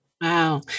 Wow